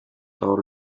todos